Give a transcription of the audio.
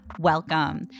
welcome